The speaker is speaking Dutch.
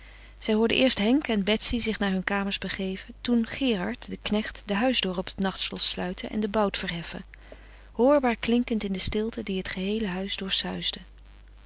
zij hoorde eerst henk en betsy zich naar hun kamers begeven toen gerard den knecht de huisdeur op het nachtslot sluiten en den bout verheffen hoorbaar klinkend in de stilte die het geheele huis